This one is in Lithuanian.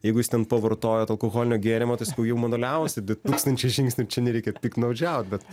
jeigu jis ten pavartojo alkoholinio gėrimo tai sakau jum anuliavosi du tūkstančiai žingsnių čia nereikia piktnaudžiaut bet